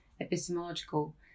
epistemological